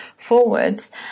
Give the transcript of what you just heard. forwards